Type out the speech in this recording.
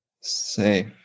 safe